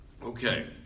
Okay